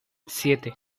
siete